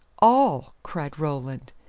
all, cried roland,